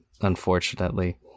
unfortunately